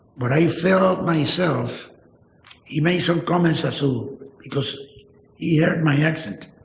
but i felt myself he made some comments as to because he heard my accent,